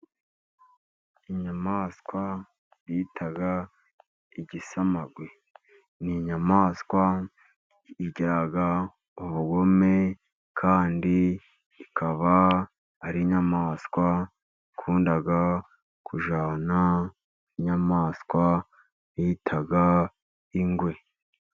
Inyamaswa bita igisamagwe. Ni inyamaswa igira ubugome, kandi ikaba ari inyamaswa ikunda kujyana n'inyamaswa bita ingwe.